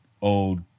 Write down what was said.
old